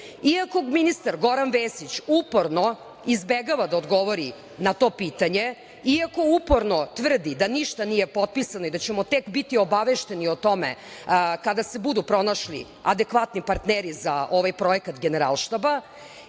Iako ministar Goran Vesić, uporno izbegava da odgovori na to pitanje, iako uporno tvrdi da ništa nije potpisano i da ćemo tek biti obavešteni o tome kada se budu pronašli adekvatni partneri za ovakav projekat Generalštaba,